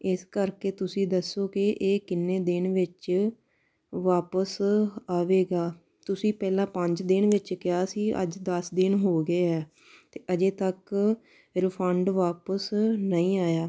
ਇਸ ਕਰਕੇ ਤੁਸੀਂ ਦੱਸੋ ਕਿ ਇਹ ਕਿੰਨੇ ਦਿਨ ਵਿੱਚ ਵਾਪਸ ਆਵੇਗਾ ਤੁਸੀਂ ਪਹਿਲਾਂ ਪੰਜ ਦਿਨ ਵਿੱਚ ਕਿਹਾ ਸੀ ਅੱਜ ਦਸ ਦਿਨ ਹੋ ਗਏ ਹੈ ਅਤੇ ਅਜੇ ਤੱਕ ਰਿਫੰਡ ਵਾਪਸ ਨਹੀਂ ਆਇਆ